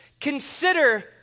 consider